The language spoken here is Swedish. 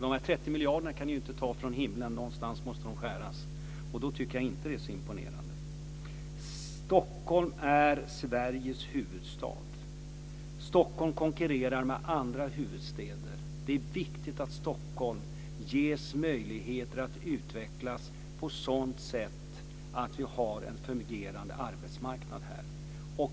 De här 30 miljarderna kan ju inte moderaterna ta från himlen, utan någonstans måste de skäras, och då tycker jag inte att det är så imponerande. Stockholm är Sveriges huvudstad. Stockholm konkurrerar med andra huvudstäder. Det är viktigt att Stockholm ges möjligheter att utvecklas på ett sådant sätt att vi har en fungerande arbetsmarknad här.